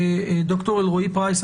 ד"ר אלרעי-פרייס,